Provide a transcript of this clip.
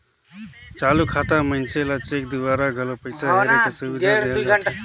चालू खाता मे मइनसे ल चेक दूवारा घलो पइसा हेरे के सुबिधा देहल जाथे